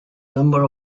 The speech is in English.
number